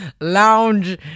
lounge